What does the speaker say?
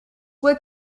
what